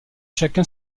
chacun